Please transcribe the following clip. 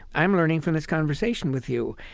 i'm learning from this conversation with you.